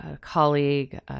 colleague